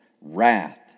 wrath